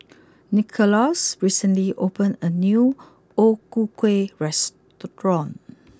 Nicholaus recently opened a new O Ku Kueh restaurant